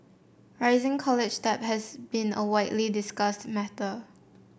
rising college debt has been a widely discussed matter